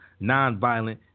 Nonviolent